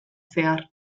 zehar